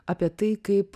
apie tai kaip